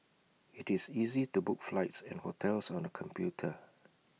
IT is easy to book flights and hotels on the computer